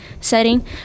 setting